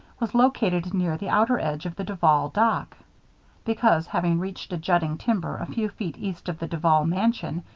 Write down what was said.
was located near the outer edge of the duval dock because, having reached a jutting timber a few feet east of the duval mansion,